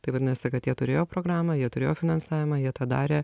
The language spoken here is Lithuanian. tai vadinasi kad jie turėjo programą jie turėjo finansavimą jie tą darė